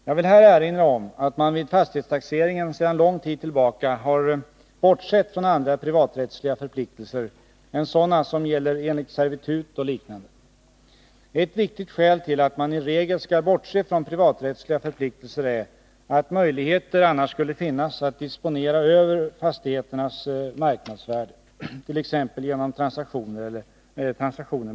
Jag vill här erinra om att man vid fastighetstaxeringen sedan lång tid tillbaka har bortsett från andra privaträttsliga förpliktelser än sådana som gäller enligt servitut och liknande. Ett viktigt skäl till att man i regel skall bortse från privaträttsliga förpliktelser är att möjligheter annars skulle finnas att disponera över fastigheternas marknadsvärde, t.ex. genom transaktioner mellan närstående.